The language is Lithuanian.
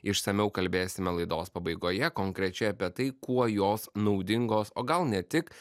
išsamiau kalbėsime laidos pabaigoje konkrečiai apie tai kuo jos naudingos o gal ne tik